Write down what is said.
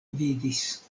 vidis